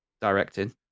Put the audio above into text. directing